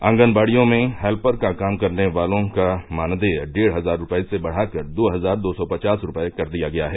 ऑगनवाडियों में हैल्यर का काम करने वालों का मानदेय डेढ़ हजार रुपये से बढ़ाकर दो हजार दो सौ पचास रुपये कर दिया गया है